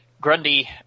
Grundy